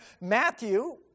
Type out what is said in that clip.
Matthew